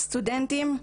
סטודנטים,